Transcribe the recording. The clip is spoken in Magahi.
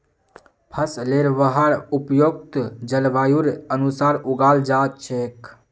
फसलेर वहार उपयुक्त जलवायुर अनुसार उगाल जा छेक